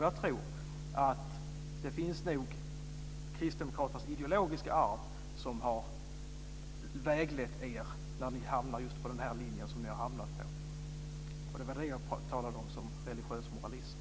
Jag tror att kristdemokraternas ideologiska arv har väglett er när ni har hamnat på den här linjen. Det var det som jag menade när jag talade om religiös moralism.